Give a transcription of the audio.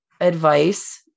advice